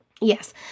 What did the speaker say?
Yes